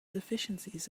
deficiencies